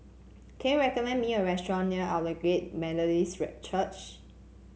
can you recommend me a restaurant near Aldersgate Methodist Church